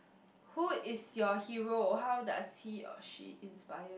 who is your hero how does he or she inspire